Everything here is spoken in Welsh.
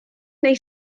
neu